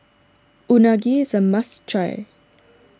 Unagi is a must try